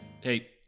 Hey